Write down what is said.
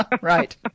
Right